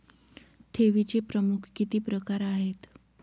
ठेवीचे प्रमुख किती प्रकार आहेत?